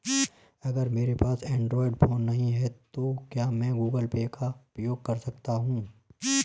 अगर मेरे पास एंड्रॉइड फोन नहीं है तो क्या मैं गूगल पे का उपयोग कर सकता हूं?